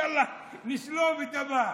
יאללה, נשלוף את הבא.